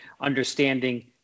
understanding